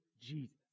Jesus